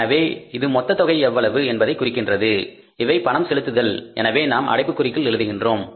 எனவே இது மொத்தத் தொகை எவ்வளவு என்பதைக் குறிக்கிறது இவை பணம் செலுத்துதல் எனவே நாம் அதை அடைப்புக்குறிக்குள் எழுதுகிறோம்